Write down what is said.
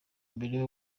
mbere